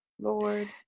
lord